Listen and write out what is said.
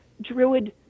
druid